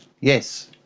Yes